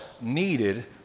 needed